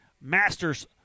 Masters